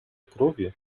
крові